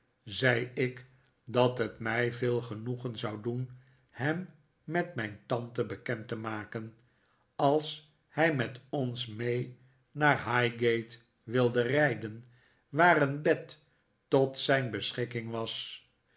zei ik dat het mij veel genoegen zou doen hem met mijn tante bekend te maken als hij met ons mee naar highgate wilde rijden waar een bed tot zijn beschikking was